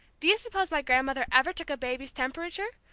do you suppose my grandmother ever took a baby's temperature,